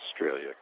Australia